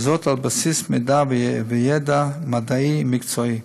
וזאת על בסיס מידע וידע מדעי ומקצועי.